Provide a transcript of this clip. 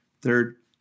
third